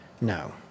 no